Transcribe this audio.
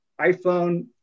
iPhone